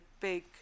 big